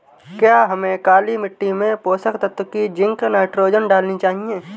क्या हमें काली मिट्टी में पोषक तत्व की जिंक नाइट्रोजन डालनी चाहिए?